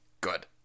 Good